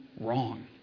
wrong